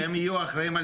אבל הם יהיו אחראים על